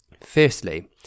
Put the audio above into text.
Firstly